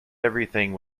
everything